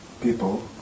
people